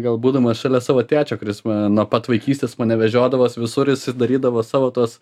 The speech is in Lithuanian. gal būdamas šalia savo tėčio kuris nuo pat vaikystės mane vežiodavos visur jis darydavo savo tuos